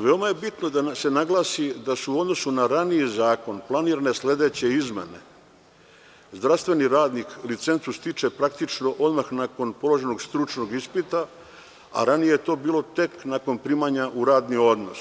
Veoma je bitno da se naglasi da su u odnosu na raniji zakon planirane sledeće izmene - zdravstveni radnik licencu stiče praktično odmah nakon položenog stručnog ispita, a ranije je to bilo tek nakon primanja u radni odnos;